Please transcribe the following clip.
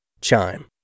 Chime